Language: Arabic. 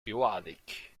بوعدك